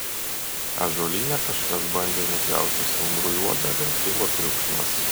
ąžuolyne kažkas bandė nupjauti stumbrui uodegą kilo triukšmas